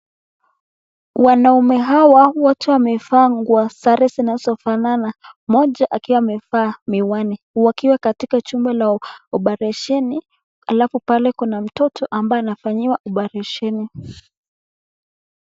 Wanaume hawa wote wamevaa nguo sare zinazofanana mmoja akiwa amevaa miwani wakiwa katika chumba cha oparesheni halafu pale kuna mtoto ambaye anafanyiwa oparesheni.